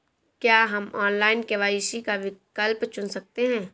क्या हम online KYC का विकल्प चुन सकते हैं?